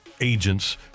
agents